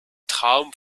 traum